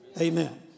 Amen